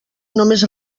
només